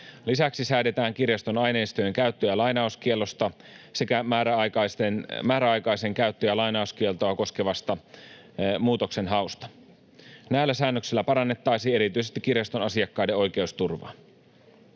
Lisäksi säädetään kirjaston aineistojen käyttö- ja lainauskiellosta sekä määräaikaista käyttö- ja lainauskieltoa koskevasta muutoksenhausta. Näillä säännöksillä parannettaisiin erityisesti kirjaston asiakkaiden oikeusturvaa.